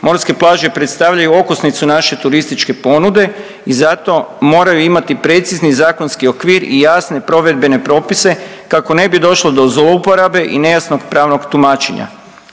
Morske plaže predstavljaju okosnicu naše turističke ponude i zato moraju imati precizni zakonski okvir i jasne provedbene propise kako ne bi došlo do zlouporabe i nejasnog pravog tumačenja.